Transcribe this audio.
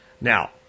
Now